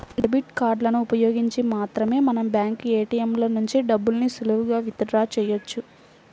debit కార్డులను ఉపయోగించి మాత్రమే మనం బ్యాంకు ఏ.టీ.యం ల నుంచి డబ్బుల్ని సులువుగా విత్ డ్రా చెయ్యొచ్చు